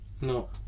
No